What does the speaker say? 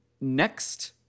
Next